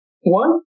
One